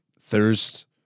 thirst